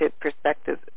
perspective